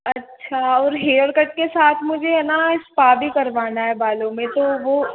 अच्छा और hair cut के साथ मुझे ना स्पा भी करवाना है बालों में तो वो